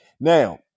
now